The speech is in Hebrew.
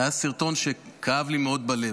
היה סרטון שכאב לי מאוד בלב,